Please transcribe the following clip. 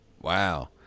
Wow